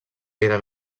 era